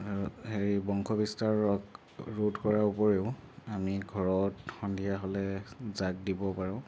হেৰি বংশ বিস্তাৰত ৰোধ কৰাৰ উপৰিও আমি ঘৰত সন্ধিয়া হ'লে যাগ দিব পাৰোঁ